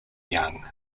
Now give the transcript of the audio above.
young